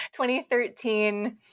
2013